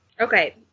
Okay